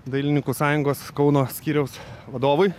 dailininkų sąjungos kauno skyriaus vadovui